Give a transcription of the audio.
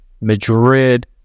Madrid